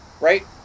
Right